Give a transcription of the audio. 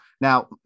Now